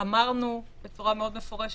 שאמרנו בהתחלה,